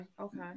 okay